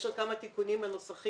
יש שם כמה תיקונים לנוסחים.